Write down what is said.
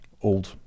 old